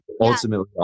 ultimately